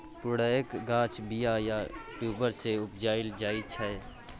पुरैणक गाछ बीया या ट्युबर सँ उपजाएल जाइ छै